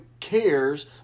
cares